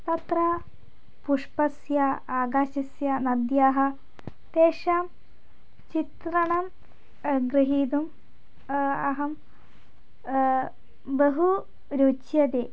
तत्र पुष्पस्य आकाशस्य नद्याः तेषां चित्रणं ग्रहीतुम् अहं बहु रुच्यते